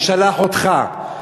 שלח אותך,